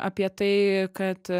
apie tai kad